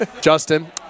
Justin